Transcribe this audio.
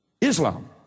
islam